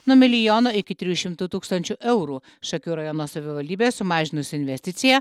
nuo milijono iki trijų šimtų tūkstančių eurų šakių rajono savivaldybė sumažinus investiciją